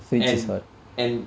and and